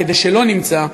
כדי שלא נמצא,